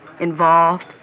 Involved